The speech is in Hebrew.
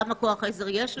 וכמה כוח עזר יש לו.